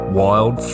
wild